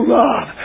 love